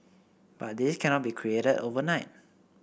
but this cannot be created overnight